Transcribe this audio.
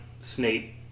Snape